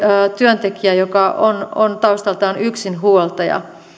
työntekijä joka on on taustaltaan yksinhuoltaja